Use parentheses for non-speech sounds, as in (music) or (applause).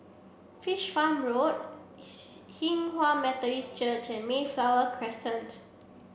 Fish Farm Road (unintelligible) Hinghwa Methodist Church and Mayflower Crescent